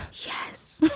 yes,